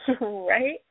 Right